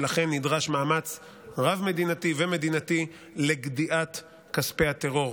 ולכן נדרש מאמץ רב-מדינתי ומדינתי לגדיעת כספי הטרור.